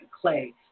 clay